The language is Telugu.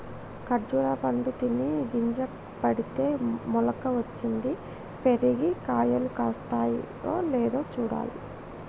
ఖర్జురా పండు తిని గింజ పెడితే మొలక వచ్చింది, పెరిగి కాయలు కాస్తాయో లేదో చూడాలి